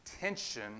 tension